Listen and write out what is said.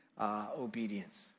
obedience